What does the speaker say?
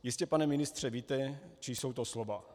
Jistě, pane ministře, víte, čí jsou to slova.